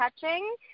touching